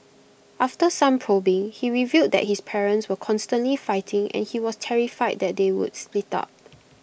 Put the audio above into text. after some probing he revealed that his parents were constantly fighting and he was terrified that they would split up